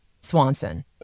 Swanson